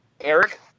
Eric